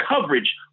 coverage